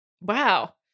Wow